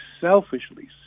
selfishly